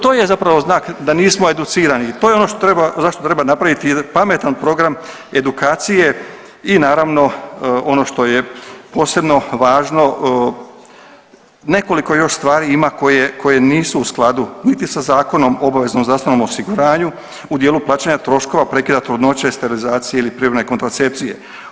To je zapravo znak da nismo educirani, to je ono zašto treba napraviti pametan program edukacije i naravno ono što je posebno važno nekoliko još stvari ima koje nisu u skladu niti sa zakonom o obaveznom zdravstvenom osiguranju u dijelu plaćanja troškova trudnoće, sterilizacije ili privremene kontracepcije.